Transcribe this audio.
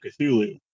Cthulhu